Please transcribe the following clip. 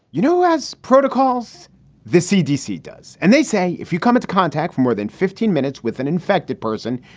you know, as protocols the cdc does. and they say if you come into contact for more than fifteen minutes with an infected person,